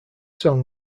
song